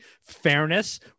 fairness